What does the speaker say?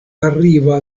arriva